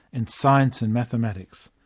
and science and mathematics.